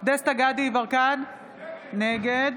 דסטה גדי יברקן, נגד